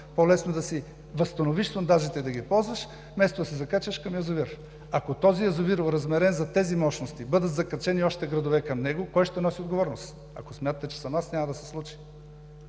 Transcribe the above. по-лесно е да си възстановиш сондажите и да ги ползваш, вместо да се закачаш към язовир. Ако този язовир е оразмерен за тези мощности и бъдат закачени още градове към него, кой ще носи отговорност? Ако смятате, че съм аз – няма да се случи.